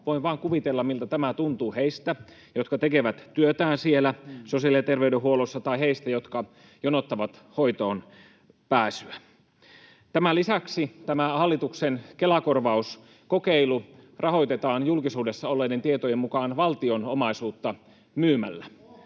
Voin vain kuvitella, miltä tämä tuntuu heistä, jotka tekevät työtään siellä sosiaali- ja terveydenhuollossa, tai heistä, jotka jonottavat hoitoonpääsyä. Tämän lisäksi tämä hallituksen Kela-korvaus-kokeilu rahoitetaan julkisuudessa olleiden tietojen mukaan valtion omaisuutta myymällä